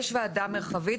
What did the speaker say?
ישנה ועדה מרחבית,